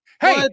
Hey